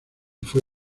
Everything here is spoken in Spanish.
fue